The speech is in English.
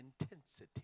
intensity